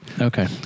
Okay